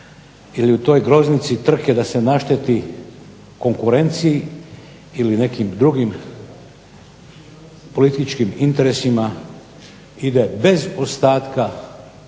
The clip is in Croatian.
ili u toj groznici trke da se našteti konkurenciji ili nekim drugim političkim interesima ide bez ostatka